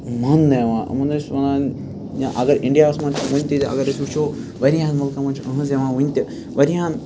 ماننہٕ یِوان یِمَن ٲسۍ وَنان یا اَگَر اِنڈیاہَس مَنٛز چھِ وٕنہِ تہِ تہِ اگَر أسۍ وٕچھو واریاہَن مُلکَن مَنٛز چھِ أہہٕنٛز یِوان وٕنہِ تہِ واریاہَن